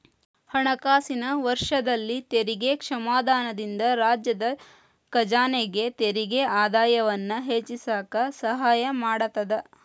ಹಣಕಾಸಿನ ವರ್ಷದಲ್ಲಿ ತೆರಿಗೆ ಕ್ಷಮಾದಾನದಿಂದ ರಾಜ್ಯದ ಖಜಾನೆಗೆ ತೆರಿಗೆ ಆದಾಯವನ್ನ ಹೆಚ್ಚಿಸಕ ಸಹಾಯ ಮಾಡತದ